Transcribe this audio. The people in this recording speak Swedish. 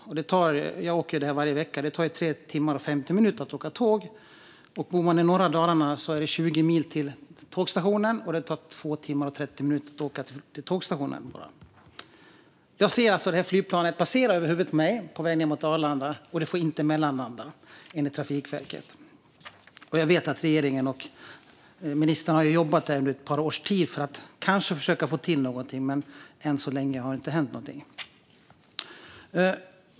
Jag åker den sträckan varje vecka, och det tar 3 timmar och 50 minuter att åka den med tåg. Om man bor i norra Dalarna är det 20 mil till tågstationen, och det tar 2 timmar och 30 minuter bara att åka till den. Jag ser alltså flygplanet passera över huvudet på mig på väg mot Arlanda, och det får inte mellanlanda enligt Trafikverket. Jag vet att regeringen och ministern under ett par års tid har jobbat för att kanske få till någonting, men än så länge har det inte hänt någonting.